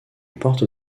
porte